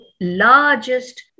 largest